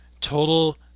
total